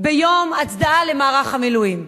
ביום ההצדעה למערך המילואים.